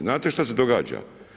Znate šta se događa?